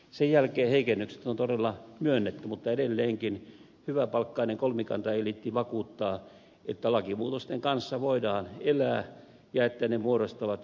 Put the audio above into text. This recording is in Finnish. sen jälkeen heikennykset on todella myönnetty mutta edelleenkin hyväpalkkainen kolmikantaeliitti vakuuttaa että lakimuutosten kanssa voidaan elää ja että ne muodostavat kokonaisuuden